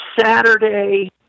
Saturday